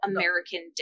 American